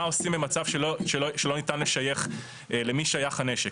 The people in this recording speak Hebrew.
מה עושים במצב שלו ניתן לשייך למי שייך הנשק.